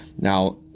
Now